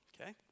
Okay